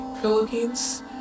Philippines